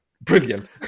brilliant